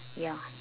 ya